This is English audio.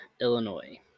Illinois